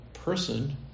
person